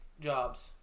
jobs